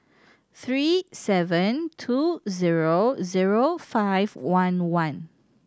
three seven two zero zero five one one